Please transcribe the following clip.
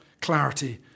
clarity